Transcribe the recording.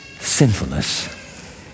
sinfulness